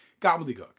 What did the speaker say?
gobbledygook